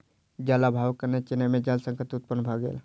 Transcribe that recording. जल अभावक कारणेँ चेन्नई में जल संकट उत्पन्न भ गेल